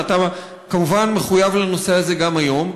ואתה כמובן מחויב לנושא הזה גם היום,